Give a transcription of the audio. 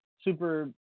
super